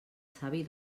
savi